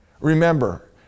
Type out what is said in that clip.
Remember